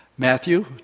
Matthew